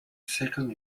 second